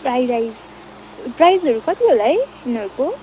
fried rice प्राइजहरू कति छ होला है तिनीहरूको